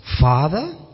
father